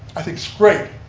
i think it's great.